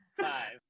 Five